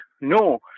no